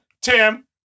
Tim